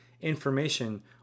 information